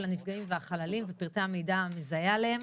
הנפגעים והחללים ופרטי המידע המזהה עליהם,